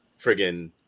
friggin